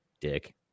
dick